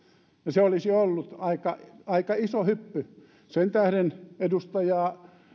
se olisi ollut aika aika iso hyppy sen tähden edustaja